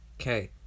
Okay